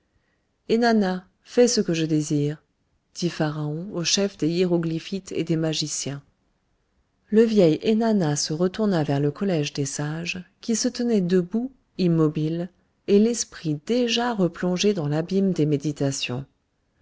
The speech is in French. fais ce que je désire dit le pharaon au chef des hiéroglyphites et des magiciens le vieil ennana se retourna vers le collège des sages qui se tenaient debout immobiles et l'esprit déjà replongé dans l'abîme des méditations